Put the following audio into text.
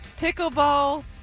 pickleball